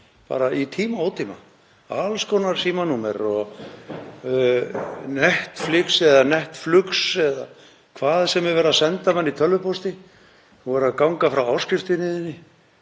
símann í tíma og ótíma, alls konar símanúmer, Netflix eða Netflux þar sem er verið að senda tölvupóst um að ganga frá áskriftinni þinni,